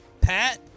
Pat